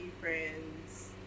friends